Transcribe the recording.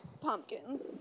pumpkins